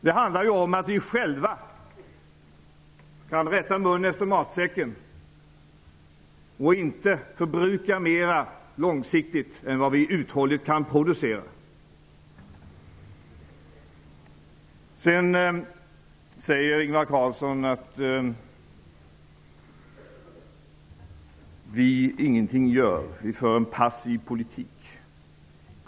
Det handlar om att vi själva kan rätta mun efter matsäcken och inte förbruka mera långsiktigt än vad vi uthålligt kan producera. Ingvar Carlsson säger att vi ingenting gör, att vi för en passiv politik.